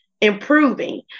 improving